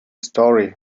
story